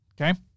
Okay